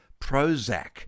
prozac